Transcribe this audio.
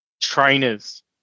trainers